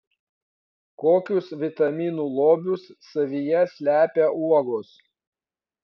kokius vitaminų lobius savyje slepia uogos